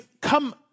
come